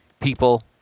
people